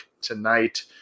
tonight